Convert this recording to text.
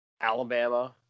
Alabama